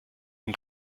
dem